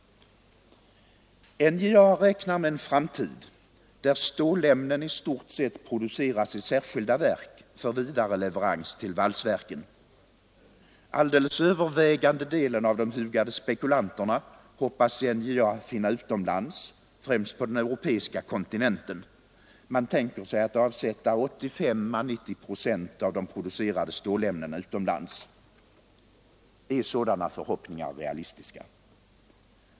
NJA räknar med en framtid, där stålämnen i stort sett produceras i särskilda verk för vidareleverans till valsverken. Alldeles övervägande delen av de hugade spekulanterna hoppas NJA finna utomlands, främst på den europeiska kontinenten. Man tänker sig att avsätta 85 å 90 procent av de producerade stålämnena utomlands. Är sådana förhoppningar realistiska?